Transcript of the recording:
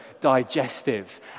digestive